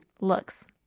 looks